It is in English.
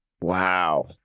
Wow